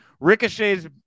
Ricochet's